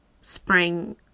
spring